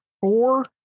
four